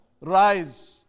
Rise